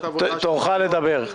והוא עושה את העבודה שלו.